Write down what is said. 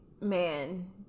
man